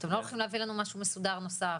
שאתם לא הולכים להביא לנו משהו מסודר נוסף?